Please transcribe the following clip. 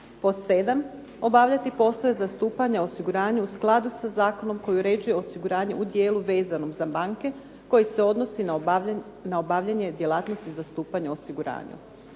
7. obavljati poslove zastupanja osiguranja u skladu sa zakonom koji uređuje osiguranje u dijelu vezanom za banke koji se odnosi na obavljanje djelatnosti zastupanja osiguranju.